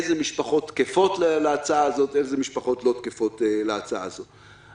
אילו משפחות תקפות להצעה הזאת ואילו משפחות לא תקפות להצעה הזאת.